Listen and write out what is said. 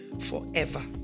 forever